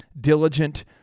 diligent